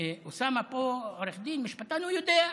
אוסאמה פה, עורך דין, משפטן, הוא יודע.